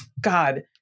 god